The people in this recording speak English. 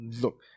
look